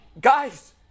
guys